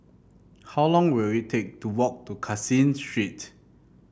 how long will it take to walk to Caseen Street